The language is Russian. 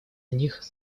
них